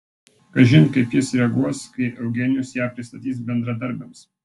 kažin kaip jis reaguos kai eugenijus ją pristatys bendradarbiams